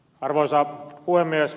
arvoisa puhemies